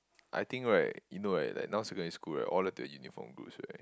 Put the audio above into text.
I think right you know right like now secondary school right all the uniformed groups right